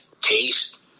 taste